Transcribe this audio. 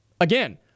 again